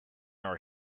are